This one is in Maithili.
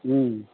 हूँ